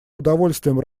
удовольствием